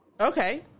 Okay